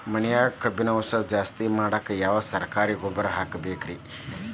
ಮಣ್ಣಿನ್ಯಾಗ ಕಬ್ಬಿಣಾಂಶ ಜಾಸ್ತಿ ಮಾಡಾಕ ಯಾವ ಸರಕಾರಿ ಗೊಬ್ಬರ ಹಾಕಬೇಕು ರಿ?